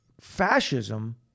fascism-